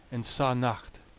and saw nocht.